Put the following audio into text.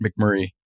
McMurray